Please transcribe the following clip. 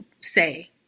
say